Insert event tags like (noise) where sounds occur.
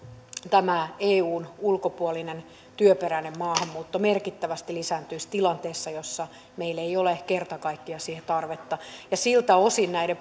tämä eun ulkopuolinen työperäinen maahanmuutto merkittävästi lisääntyisi tilanteessa jossa meillä ei ole kerta kaikkiaan siihen tarvetta siltä osin näiden (unintelligible)